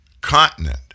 continent